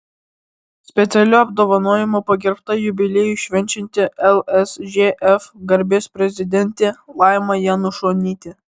specialiu apdovanojimu pagerbta jubiliejų švenčianti lsžf garbės prezidentė laima janušonytė